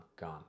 gone